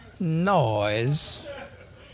noise